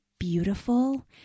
beautiful